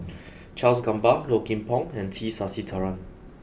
Charles Gamba Low Kim Pong and T Sasitharan